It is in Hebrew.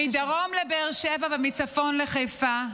מדרום לבאר שבע ומצפון לחיפה,